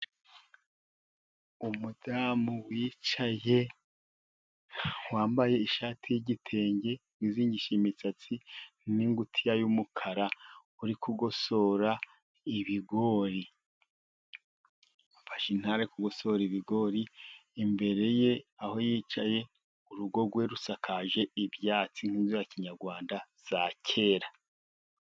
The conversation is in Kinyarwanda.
Umudamu wicaye, wambaye ishati y'igitenge, wizingishije imisatsi n'ingutiya y'umukara, uri kugosora ibigori. Afashe intara ari kugosora ibigori, imbere ye aho yicaye urugo rwe rusakaje ibyatsi ni inzu ya kinyarwanda za kera.